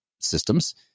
systems